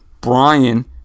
Brian